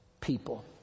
people